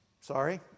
sorry